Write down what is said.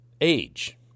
age